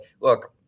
Look